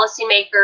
policymakers